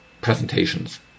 presentations